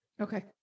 Okay